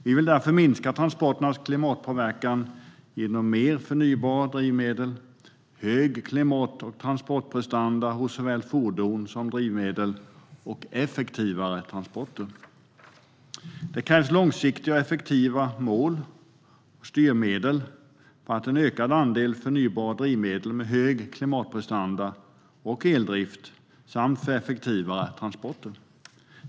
Vi vill därför minska transporternas klimatpåverkan genom mer förnybara drivmedel, hög klimat och transportprestanda hos såväl fordon som drivmedel och effektivare transporter. Det krävs långsiktiga och effektiva mål och styrmedel för en ökad andel förnybara drivmedel med hög klimatprestanda och eldrift samt för effektivare transporter.